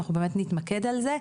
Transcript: שאנחנו באמת נתמקד על זה,